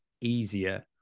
easier